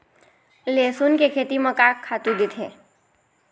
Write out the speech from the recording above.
लेसुन के खेती म का खातू देथे?